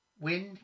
Wind